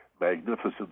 magnificent